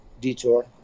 detour